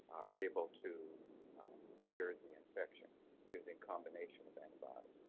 are able to clear the infection using combination of antibiotics.